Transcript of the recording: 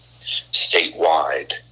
statewide